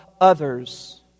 others